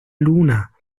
luna